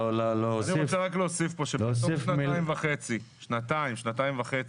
אני רוצה להוסיף שבתוך שנתיים או שנתיים וחצי,